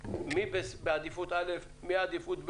מי עדיפות א', מי עדיפות ב'.